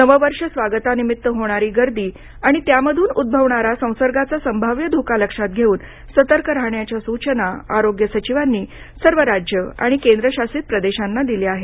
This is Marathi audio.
नववर्ष स्वागतानिमित्त होणारी गर्दी आणि त्यामधून उद्गवणारा संसर्गाचा संभाव्य धोका लक्षात घेऊन सतर्क राहण्याच्या सूचना आरोग्य सचिवांनी सर्व राज्य आणि केंद्र शासित प्रदेशांना दिल्या आहेत